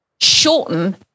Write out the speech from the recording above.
shorten